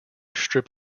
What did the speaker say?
strip